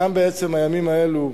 גם בעצם הימים האלה,